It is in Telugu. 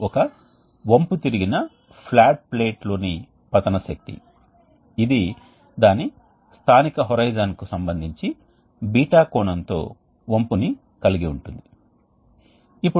వేడి ప్రవాహం మరియు చల్లని ప్రవాహం చాలా దూరంగా ఉంటే ఏమి జరుగుతుంది మేము వేడి ప్రవాహం నుండి చల్లని ప్రవాహానికి నేరుగా హీట్ ఎక్స్ఛేంజర్ సహాయంతో వేడిని మార్పిడి చేయలేము మరియు వాటి దూరం చాలా పెద్దది ఈ వేడి ప్రవాహం మరియు చల్లని ప్రవాహానికి పునరుత్పత్తి చేసే ఉష్ణ వినిమాయకం కూడా మనకు ఉండదు